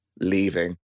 leaving